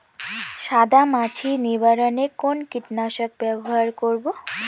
সাদা মাছি নিবারণ এ কোন কীটনাশক ব্যবহার করব?